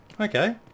okay